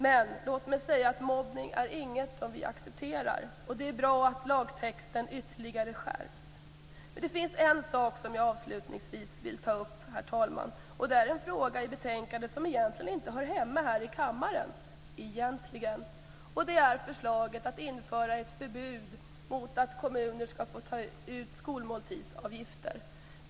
Men låt mig säga att mobbning är något som vi inte accepterar. Det är bra att lagtexten ytterligare skärps. Det finns en sak som jag avslutningsvis vill ta upp, herr talman, och det är en fråga i betänkandet som egentligen inte hör hemma här i kammaren. Det är förslaget att införa ett förbud mot att kommuner skall få ta ut skolmåltidsavgifter.